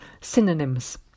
synonyms